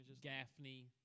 Gaffney